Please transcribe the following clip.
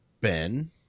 Ben